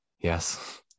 yes